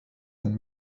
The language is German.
ein